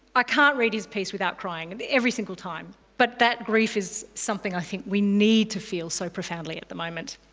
i can't read his piece without crying, every single time, but that grief is something i think we need to feel so profoundly at the moment.